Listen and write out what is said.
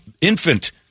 infant